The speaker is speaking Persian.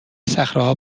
صخرهها